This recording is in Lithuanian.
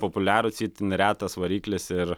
populiarūs itin retas variklis ir